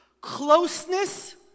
closeness